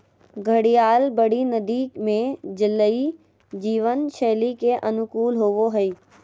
घड़ियाल बड़ी नदि में जलीय जीवन शैली के अनुकूल होबो हइ